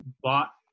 bought